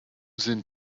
sind